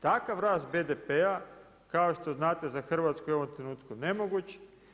Takav rast BDP-a kao što znate za Hrvatsku je u ovom trenutku nemoguć.